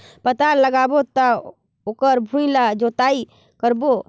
पातल लगाबो त ओकर भुईं ला जोतई करबो?